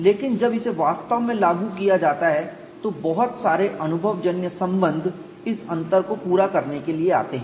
लेकिन जब इसे वास्तव में लागू किया जाता है तो बहुत सारे अनुभवजन्य संबंध इस अंतर को पूरा करने के लिए आते हैं